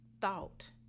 thought